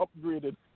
upgraded